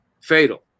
fatal